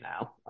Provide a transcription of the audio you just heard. now